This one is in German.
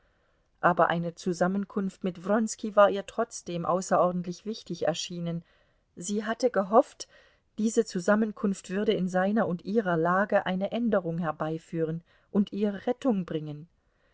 aber eine zusammenkunft mit wronski war ihr trotzdem außerordentlich wichtig erschienen sie hatte gehofft diese zusammenkunft würde in seiner und ihrer lage eine änderung herbeiführen und ihr rettung bringen